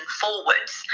forwards